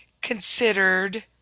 considered